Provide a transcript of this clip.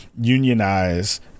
unionize